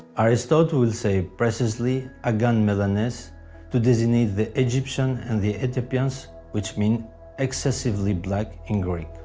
aristotle will say precisely agan melanes to designate the egyptians and the ethiopians which means excessively black in greek.